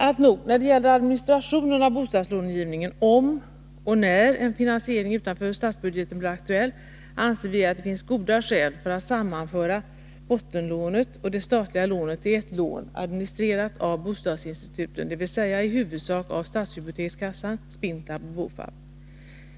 Alltnog, när det gäller administrationen av bostadslånegivningen — om och när en finansiering utanför statsbudgeten blir aktuell — anser vi att det finns goda skäl för att sammanföra bottenlånet och det statliga lånet till ett lån administrerat av bostadsinstituten, dvs. i huvudsak stadshypotekskassan, Spintab och BOFAB.